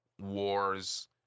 wars